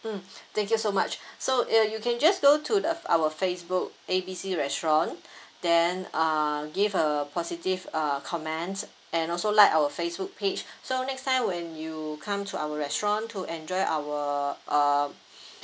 mm thank you so much so ya you can just go to the uh our facebook A B C restaurant then uh give a positive uh comments and also like our facebook page so next time when you come to our restaurant to enjoy our uh